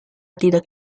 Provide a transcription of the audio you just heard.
tidak